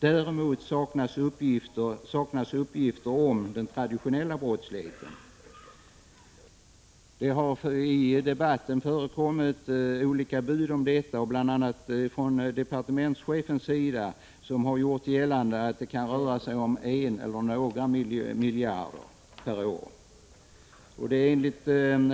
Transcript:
Däremot saknas uppgifter om den traditionella brottsligheten. I debatten har det förekommit olika bud om detta, bl.a. från departementschefen, som har gjort gällande att det kan röra sig om någon eller några miljarder per år. Det är enligt